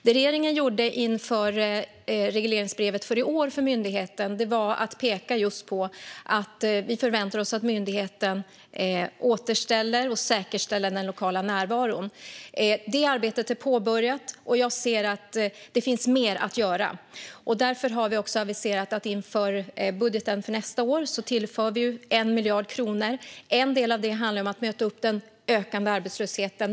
Det regeringen gjorde inför regleringsbrevet för i år för myndigheten var att peka just på att vi förväntar oss att myndigheten återställer och säkerställer den lokala närvaron. Det arbetet är påbörjat, och jag ser att det finns mer att göra. Därför har vi också aviserat att vi i budgeten för nästa år tillför 1 miljard kronor. En del av det handlar om att möta den ökande arbetslösheten.